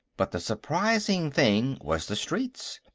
but the surprising thing was the streets,